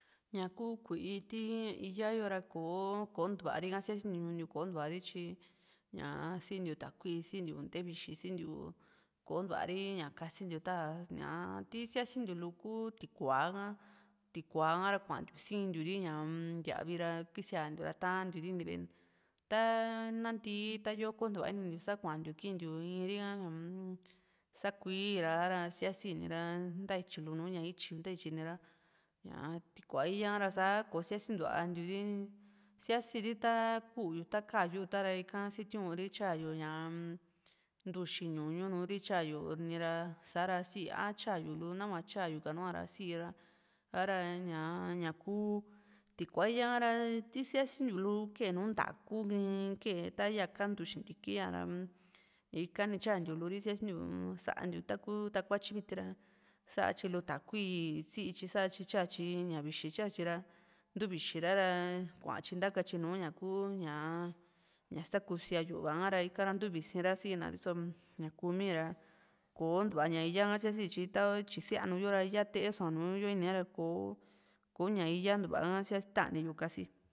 ña kuu kui´i ti íya yóo ra kò´o kontu ntúvari ka síasi ntiu ñuu ntiu kontuvari tyi ñaa siintiu takui sintiu ntevixi sintiu kontuvá´ri ña kasintiu tá ñaa ti síasintiu lu ku tikua´aha tikua´a ha´ra kuantiu sintiuri ña-m yavi ra kisiantiu ra tantiu ri ini ve´e taa nantíí tá yoko ntuva inintiu sa kuantiu kintiu iri ha ñaa sakuíi ra síasini ra ntaityi lu nú ña ityi yu ntaityini ra ña tikua´a íyaka ra sá kosiasi ntuvantiu ri síasiri ta kúu yu ta ka´yu ta ra ika sitiunri tyuayu ñaa ntuxi ñuñu tyayu núu ri tyayu ni ra sa´ra sí a tyáyu lu nahua tyáyu ká nu+a ra sii ra sa´ra ña ñá kú tikua´a íya ka ra ti síasintiu lu kee nùù ntaa´ku ni ta yaa kantu xintiki ya´ra ika ni tyantiulu ri síasintiu sántiulu taku takuatyi ra sátyilu takui síi tyi satyi tyatyí ña vixi tyatyí ra ntuu vixira rá kuantyí ntaka tyi núu ña ku ñaa ñá sakusía yu´va ha´ra ika´ra ntuvisira sii ná riso ñaku mii ra kò´o ntuá ña íya ka síasi tyi ta tyi síanuu yora íyaate só´a nùù ine ra kò´o kò´o ña íya ntuva ha sía ta´ni yu kasi